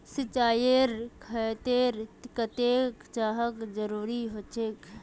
सिंचाईर खेतिर केते चाँह जरुरी होचे?